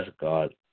God